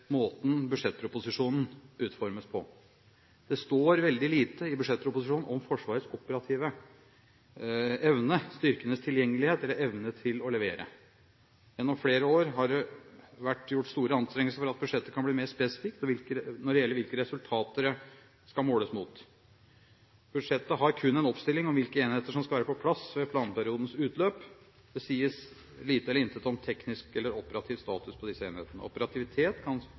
måten budsjettproposisjonen utformes på. Det står veldig lite i budsjettproposisjonen om Forsvarets operative evne, styrkenes tilgjengelighet eller evne til å levere. Gjennom flere år har det blitt gjort store anstrengelser for at budsjettet kan bli mer spesifikt når det gjelder hvilke resultater det skal måles mot. Budsjettet har kun en oppstilling av hvilke enheter som skal være på plass ved planperiodens utløp. Det sies lite eller intet om teknisk eller operativ status for disse enhetene. Operativitet kan